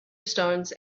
stones